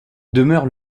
demeure